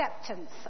acceptance